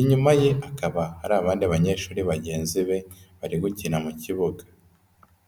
inyuma ye hakaba hari abandi banyeshuri bagenzi be bari gukina mu kibuga.